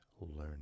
learning